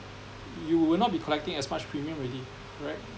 you will not be collecting as much premium already right